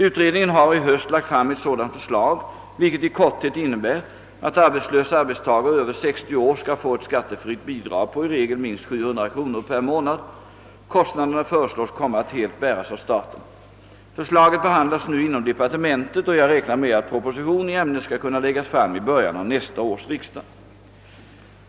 Utredningen har i höst lagt fram ett sådant förslag, vilket i korthet innebär att arbetslösa arbetstagare över 60 år skall få ett skattefritt bidrag på i regel minst 700 kronor per månad. Kostnaderna föreslås komma att helt bäras av staten. Förslaget behandlas nu inom departementet, och jag räknar med att proposition i ämnet skall kunna läggas fram i början av nästa års riksdag.